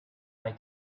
they